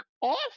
off